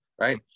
right